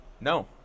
No